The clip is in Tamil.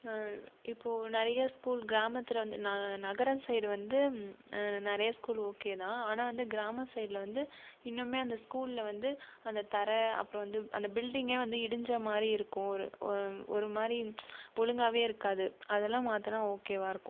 இப்போது நிறைய ஸ்கூல் கிராமத்தில் வந்து நக நகரம் சைட் வந்து நிறைய ஸ்கூல் ஓகே தான் ஆனால் வந்து கிராம சைடுல வந்து இன்னுமே அந்த ஸ்கூலில் வந்து அந்த தரை அப்புறம் வந்து அந்த பில்டிங்கே வந்து இடிஞ்ச மாதிரி இருக்கும் ஒரு ஒரு மாதிரி ஒழுங்காவே இருக்காது அதெலாம் மாற்றுனா ஓகேவா இருக்கும்